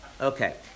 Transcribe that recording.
Okay